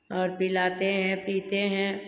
और पिलाते हैं पीते हैं